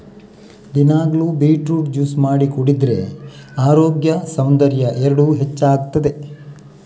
ದಿನಾಗ್ಲೂ beetroot juice ಮಾಡಿ ಕುಡಿದ್ರೆ ಅರೋಗ್ಯ ಸೌಂದರ್ಯ ಎರಡೂ ಹೆಚ್ಚಾಗ್ತದೆ